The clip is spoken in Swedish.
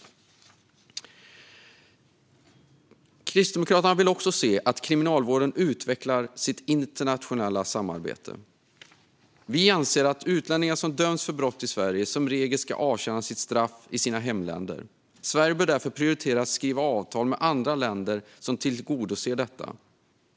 Kristdemokraterna vill också se att kriminalvården utvecklar sitt internationella samarbete. Vi anser att utlänningar som döms för brott i Sverige som regel ska avtjäna sitt straff i sina hemländer. Sverige bör därför prioritera att skriva avtal med andra länder som tillgodoser detta.